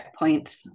checkpoints